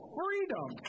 freedom